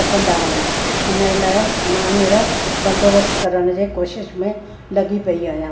खपंदा आहिनि उनजे लाइ मां हींअर बंदोबस्तु करण जी कोशिशि में लॻी पई आहियां